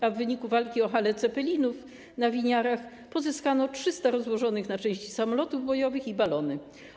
A w wyniku walki o Halę Zeppelinów na Winiarach pozyskano 300 rozłożonych na części samolotów bojowych i balony.